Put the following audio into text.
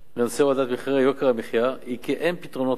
בנושא הורדת יוקר המחיה היא כי אין פתרונות קסם.